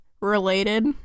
related